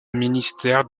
ministère